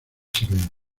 silencio